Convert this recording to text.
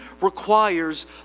requires